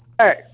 Hey